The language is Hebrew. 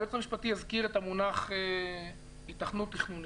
היועץ המשפטי הזכיר את המונח היתכנות תכנונית.